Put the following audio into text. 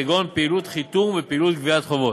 כגון פעילות חיתום ופעילות גביית חובות.